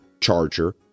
charger